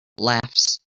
laughs